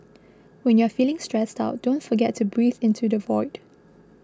when you are feeling stressed out don't forget to breathe into the void